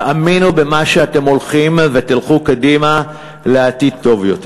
תאמינו במה שאתם הולכים ותלכו קדימה לעתיד טוב יותר.